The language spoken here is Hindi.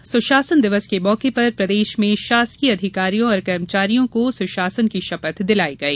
आज सुशासन दिवस के मौके पर प्रदेशभर में अधिकारियों और कर्मचारियों को सुशासन की शपथ दिलाई गई